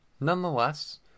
nonetheless